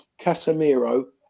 Casemiro